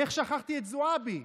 ואיך שכחתי את זועבי?